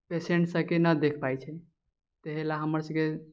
patient सबके नहि देख पाबै छै ताहि लए हमर सबके